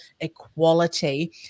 equality